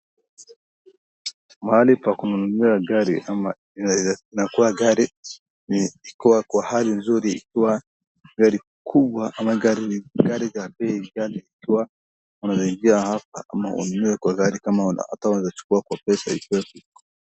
Mahali pa kununulia gari ama inakuwa gari kwa hali nzuri ikiwa gari kubwa ama gari gari ya bei unaingia hapa ama ununue kwa gari hata unaezachukua kwa pesa.